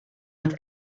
with